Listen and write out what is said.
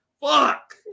Fuck